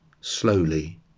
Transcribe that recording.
slowly